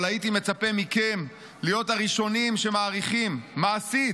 אבל הייתי מצפה מכם להיות הראשונים שמעריכים (מעשית!)